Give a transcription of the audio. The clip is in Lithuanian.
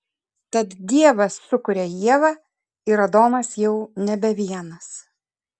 tad dievas sukuria ievą ir adomas jau nebe vienas